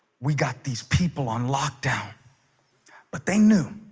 we got these people on lockdown but they knew